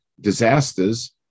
disasters